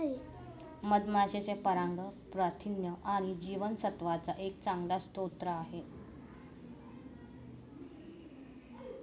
मधमाशांचे पराग प्रथिन आणि जीवनसत्त्वांचा एक चांगला स्रोत आहे